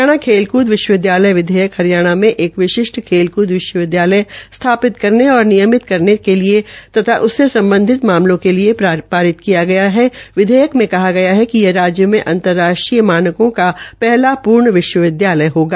हरियाणा खेलकूल विश्वविद्यालय विधेयक हरियाणा एक विशिष्ट खेलकूद विश्वविद्यालय स्थापित करने और निगमित करने के लिए तथा उससे सम्बाधित मामलों के लिए किया गया है विधेयक में कहा गया है कि यह राज्य में अंतर्राष्ट्रीय मानकों का पहला पूर्ण विश्वविद्यालय होगा